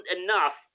enough